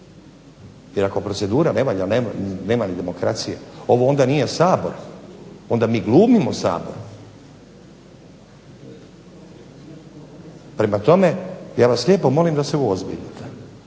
jer ako procedura ne valja onda nema ni demokracije. Onda ovo nije SAbor, onda mi glumimo Sabor. Prema tome, ja vas lijepo molim da se uozbiljite,